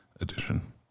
Edition